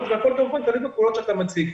והכול כמובן תלוי בפעולות שאתה מציג.